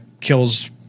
kills